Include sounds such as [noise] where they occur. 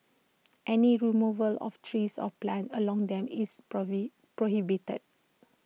any removal of trees or plants along them is [unintelligible] prohibited